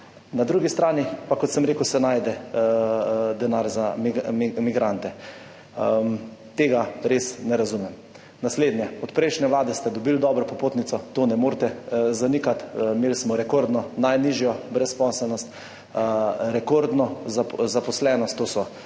Na drugi strani pa, kot sem rekel, se najde denar za migrante. Tega res ne razumem. Naslednje. Od prejšnje vlade ste dobili dobro popotnico, tega ne morete zanikati. Imeli smo najnižjo brezposelnost, rekordno zaposlenost, to so